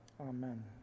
Amen